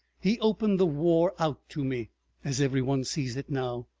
he opened the war out to me as every one sees it now.